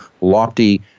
lofty